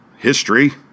History